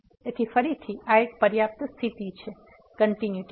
તેથી ફરીથી આ એક પર્યાપ્ત સ્થિતિ છે કંટીન્યુટી માટે